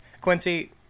Quincy